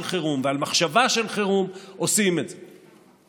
חירום ועל מחשבה של חירום עושים את זה.